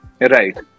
Right